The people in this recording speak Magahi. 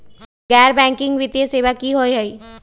गैर बैकिंग वित्तीय सेवा की होअ हई?